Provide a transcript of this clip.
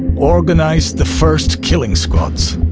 organized the first killing squads.